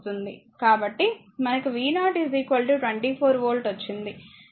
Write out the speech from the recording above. కాబట్టి మనకి v0 24 volt వచ్చింది